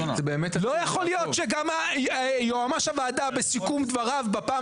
לא יכול להיות שגם יועמ"ש הוועדה בסיכום דבריו בפעם